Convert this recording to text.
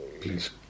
please